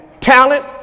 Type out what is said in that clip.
talent